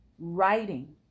writing